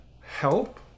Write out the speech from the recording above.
help